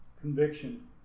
Conviction